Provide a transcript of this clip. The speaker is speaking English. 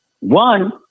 One